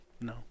No